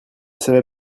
savait